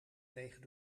tegen